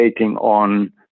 on